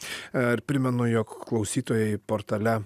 ar primenu jog klausytojai portale